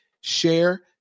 share